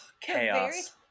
chaos